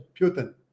Putin